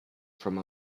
from